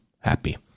Happy